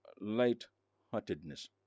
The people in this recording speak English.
light-heartedness